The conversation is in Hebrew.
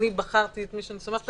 אני בחרתי את מי שאני סומכת עליו,